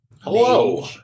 Hello